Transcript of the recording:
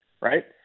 right